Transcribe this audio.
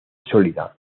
sólida